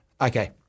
okay